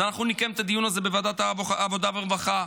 אז אנחנו נקיים את הדיון הזה בוועדת העבודה והרווחה.